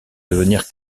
devenir